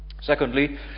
Secondly